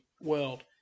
world